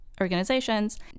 organizations